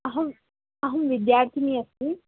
अहम् अहं विद्यार्थिनी अस्मि